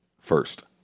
First